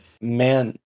Man